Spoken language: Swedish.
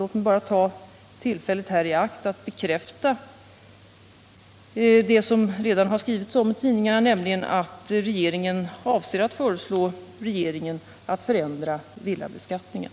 Låt mig bara ta tillfället i akt att bekräfta något som redan omtalats i tidningarna, nämligen att regeringen avser att föreslå riksdagen att förändra villabeskattningen.